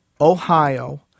Ohio